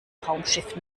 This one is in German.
raumschiff